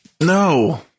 No